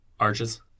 Arches